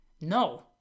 No